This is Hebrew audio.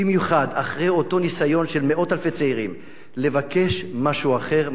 במיוחד אחרי אותו ניסיון של מאות אלפי צעירים לבקש משהו אחר,